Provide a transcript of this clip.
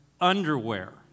underwear